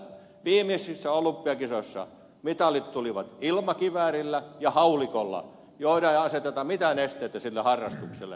viimeisissä olympiakisoissa mitalit tulivat ilmakiväärillä ja haulikolla ja niiden harrastukselle ei aseteta mitään esteitä